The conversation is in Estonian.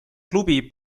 klubi